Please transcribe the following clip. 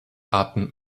arten